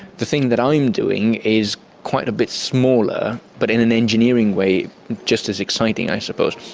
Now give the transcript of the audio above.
the thing that i'm doing is quite a bit smaller but in an engineering way just as exciting i suppose.